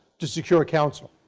to secure counsel.